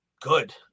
good